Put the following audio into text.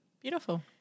Beautiful